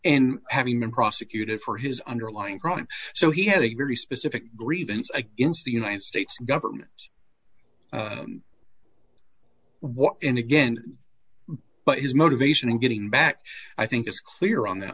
and having been prosecuted for his underlying crime so he had a very specific grievance against the united states government what in again but his motivation in getting back i think it's clear on that